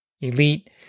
Elite